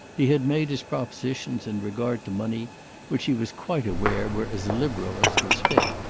he had made his propositions in regard to money which he was quite aware were as liberal as was fit.